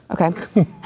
Okay